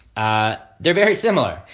ah they're very similar.